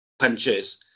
punches